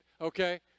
Okay